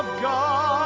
god